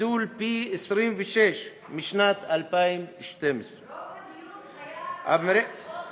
גידול שהוא פי 26 משנת 2012. רוב הדיון היה על חוק הלאום,